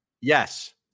Yes